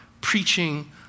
preaching